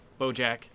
BoJack